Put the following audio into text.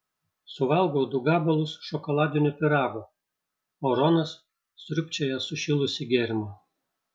suvalgau du gabalus šokoladinio pyrago o ronas sriubčioja sušilusį gėrimą